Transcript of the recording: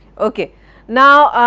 ok now,